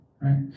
Right